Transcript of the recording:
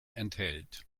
enthält